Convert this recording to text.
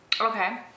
Okay